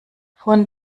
von